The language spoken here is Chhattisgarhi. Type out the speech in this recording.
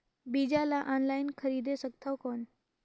बीजा ला ऑनलाइन खरीदे सकथव कौन?